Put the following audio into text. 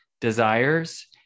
desires